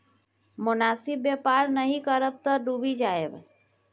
मोनासिब बेपार नहि करब तँ डुबि जाएब